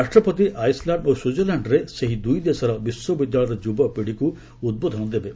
ରାଷ୍ଟ୍ରପତି ଆଇସ୍ଲ୍ୟାଣ୍ଡ୍ ଓ ସ୍ୱିଜରଲ୍ୟାଣ୍ଡରେ ସେହି ଦୁଇ ଦେଶର ବିଶ୍ୱବିଦ୍ୟାଳୟର ଯୁବପିଢ଼ିକୁ ଉଦ୍ବୋଧନ ଦେବେ